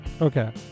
okay